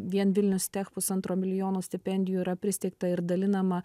vien vilnius tech pusantro milijono stipendijų yra pristeigta ir dalinama